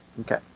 Okay